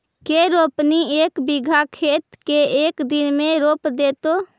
के रोपनी एक बिघा खेत के एक दिन में रोप देतै?